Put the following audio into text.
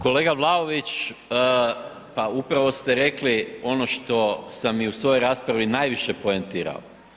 Kolega Vlaović, pa upravo ste rekli ono što sam i u svojoj raspravi najviše poentirao.